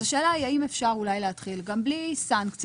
השאלה היא האם אפשר אולי להתחיל גם בלי סנקציה,